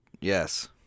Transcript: Yes